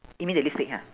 you mean the lipstick ha